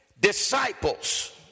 disciples